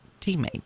teammate